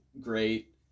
great